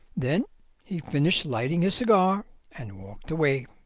then he finished lighting his cigar and walked away.